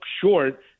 short